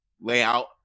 layout